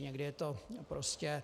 Někdy je to prostě...